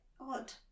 odd